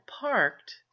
parked